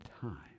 time